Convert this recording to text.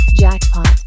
jackpot